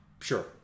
sure